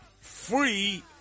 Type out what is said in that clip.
Free